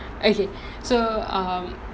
okay so um